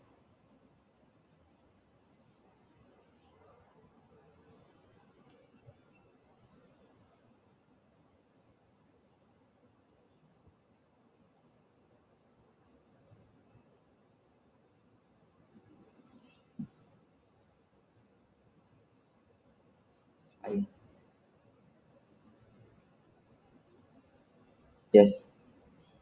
yes